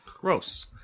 Gross